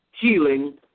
healing